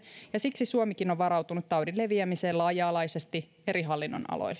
ja siksi suomikin on varautunut taudin leviämiseen laaja alaisesti eri hallinnonaloilla